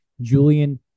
Julian